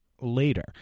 later